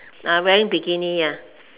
ah wearing bikini ya